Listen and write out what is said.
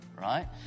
right